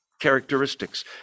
characteristics